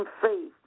faith